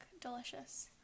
delicious